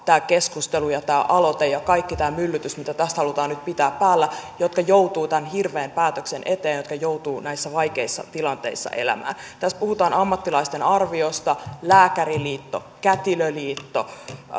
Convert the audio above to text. tämä keskustelu ja tämä aloite ja kaikki tämä myllytys mitä tästä halutaan nyt pitää päällä lisää niitten naisten taakkaa jotka joutuvat tämän hirveän päätöksen eteen jotka joutuvat näissä vaikeissa tilanteissa elämään tässä puhutaan ammattilaisten arviosta lääkäriliitto kätilöliitto